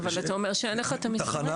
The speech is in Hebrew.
אבל אתה אומר שאין לך את המספרים.